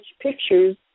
pictures